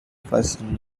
pleasant